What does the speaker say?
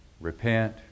repent